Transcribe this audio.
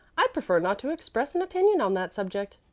i prefer not to express an opinion on that subject,